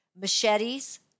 machetes